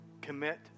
commit